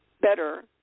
better